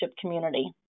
community